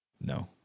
no